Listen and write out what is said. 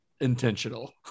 intentional